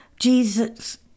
Jesus